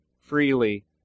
freely